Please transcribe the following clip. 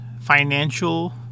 financial